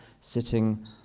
sitting